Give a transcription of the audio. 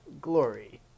Glory